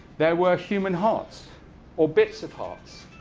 there were human hearts or bits of hearts.